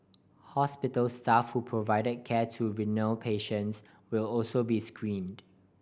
hospital staff who provided care to renal patients will also be screened